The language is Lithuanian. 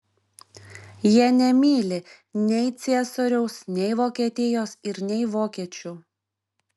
jie nemyli nei ciesoriaus nei vokietijos ir nei vokiečių